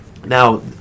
Now